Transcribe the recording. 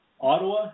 Ottawa